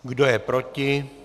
Kdo je proti?